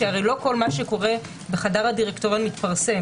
שהרי לא כל מה שקורה בחדר הדירקטוריון מתפרסם.